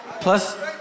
Plus